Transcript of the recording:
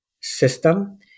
system